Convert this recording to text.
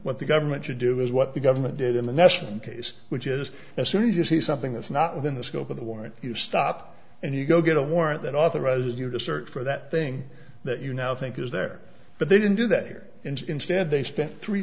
what the government should do is what the government did in the nesson case which is as soon as you see something that's not within the scope of the warrant you stop and you go get a warrant that authorizes you to search for that thing that you now think is there but they didn't do that here and instead they spent three